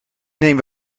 neem